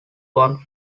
one